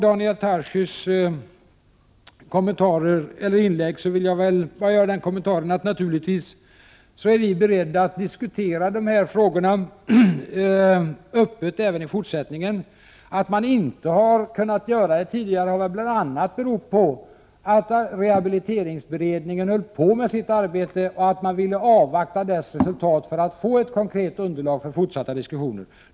Daniel Tarschys inlägg vill jag kommentera på följande sätt. Naturligtvis är vi beredda att öppet diskutera dessa frågor även i fortsättningen. Att vi inte har kunnat göra det tidigare berodde bl.a. på rehabiliteringsberedningens pågående arbete och att vi ville avvakta dess resultat för att få ett konkret underlag för fortsatta diskussioner.